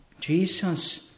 Jesus